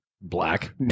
black